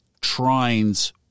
trines